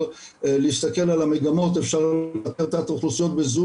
להסתכל על המגמות של תת אוכלוסיות בזום,